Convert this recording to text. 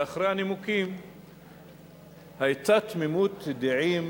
ואחרי הנימוקים היתה תמימות דעים